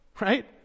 right